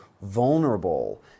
vulnerable